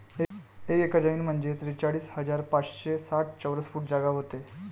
एक एकर जमीन म्हंजे त्रेचाळीस हजार पाचशे साठ चौरस फूट जागा व्हते